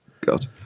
God